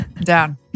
down